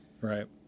Right